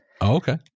Okay